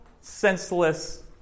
senseless